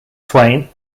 twain